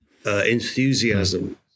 Enthusiasm